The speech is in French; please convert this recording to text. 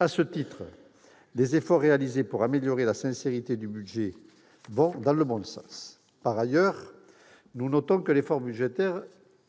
À ce titre, les efforts réalisés pour améliorer la sincérité du budget vont dans le bon sens. Par ailleurs, nous notons que l'effort budgétaire